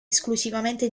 esclusivamente